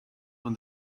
when